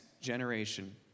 generation